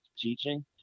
teaching